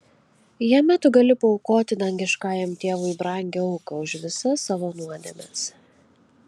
jame tu gali paaukoti dangiškajam tėvui brangią auką už visas savo nuodėmes